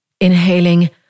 Inhaling